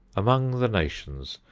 among the nations,